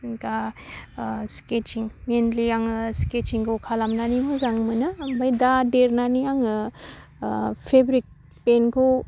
दा स्किदसिं मेइनलि आङो स्किदसिंखौ खालामनानै मोजां मोनो ओमफ्राय दा देरनानै आङो फेब्रिक पेइनखौ